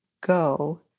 go